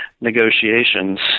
negotiations